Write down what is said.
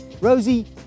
Rosie